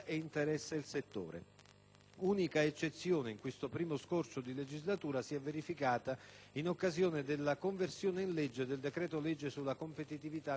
L'unica eccezione in questo primo scorcio di legislatura si è verificata in occasione della conversione in legge del decreto-legge sulla competitività nel settore agroalimentare: